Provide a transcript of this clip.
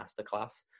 masterclass